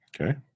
okay